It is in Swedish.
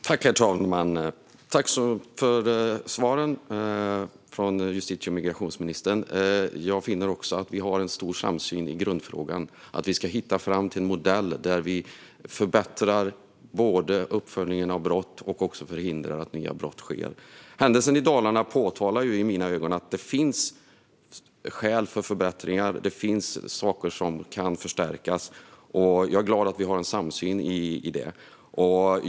Herr talman! Tack för svaren från justitie och migrationsministern! Jag finner också att vi har en stor samsyn i grundfrågan: Vi ska hitta fram till en modell där vi både förbättrar uppföljningen av brott och förhindrar att nya brott sker. Händelsen i Dalarna påminner oss i mina ögon om att det finns skäl för förbättringar och att det finns saker som kan förstärkas. Jag är glad att vi har en samsyn på detta.